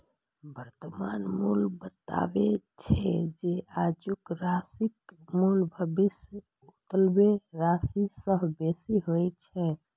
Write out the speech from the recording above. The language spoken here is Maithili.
वर्तमान मूल्य बतबै छै, जे आजुक राशिक मूल्य भविष्यक ओतबे राशि सं बेसी होइ छै